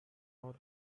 قرص